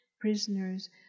prisoners